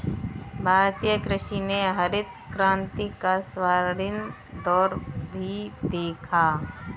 भारतीय कृषि ने हरित क्रांति का स्वर्णिम दौर भी देखा